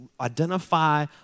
identify